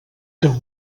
que